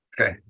Okay